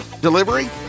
Delivery